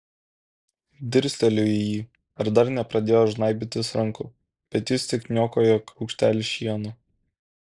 dirsteliu į jį ar dar nepradėjo žnaibytis rankų bet jis tik niokoja kuokštelį šieno